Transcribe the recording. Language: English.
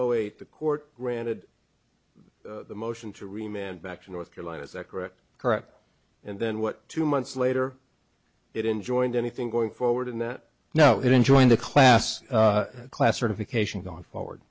zero eight the court granted the motion to remain and back to north carolina is that correct correct and then what two months later it enjoins anything going forward and that no it enjoying the class class certification going forward